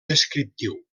descriptiu